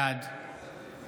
בעד